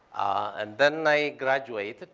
and then i graduated.